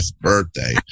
birthday